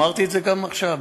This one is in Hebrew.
אמרתי את זה גם עכשיו,